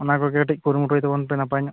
ᱚᱱᱟ ᱠᱚᱜᱮ ᱠᱟᱹᱴᱤᱡ ᱠᱩᱨᱩᱢᱩᱴᱩᱭ ᱛᱟᱵᱚᱱ ᱯᱮ ᱱᱟᱯᱟᱭ ᱧᱚᱜ